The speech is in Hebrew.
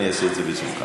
אעשה את זה בשמחה,